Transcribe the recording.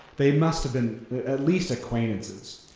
they must've been at least acquaintances.